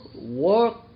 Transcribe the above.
work